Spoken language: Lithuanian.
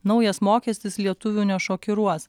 naujas mokestis lietuvių nešokiruos